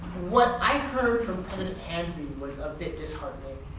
what i heard from president was a bit disheartening.